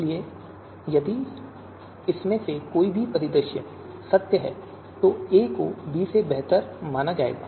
इसलिए यदि इनमें से कोई भी परिदृश्य सत्य है तो a को b से बेहतर माना जाएगा